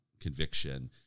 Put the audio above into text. conviction